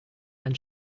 ein